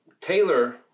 Taylor